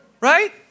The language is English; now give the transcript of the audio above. right